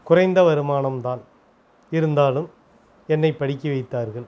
குறைந்த வருமானம் தான் இருந்தாலும் என்னைப் படிக்க வைத்தார்கள்